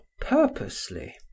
purposely